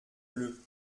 bleu